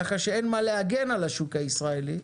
כך שאין מה להגן על השוק הישראלי,